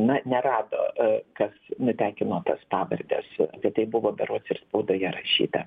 na nerado kas nutekino tas pavardes apie tai buvo berods ir spaudoje rašyta